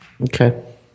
Okay